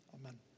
amen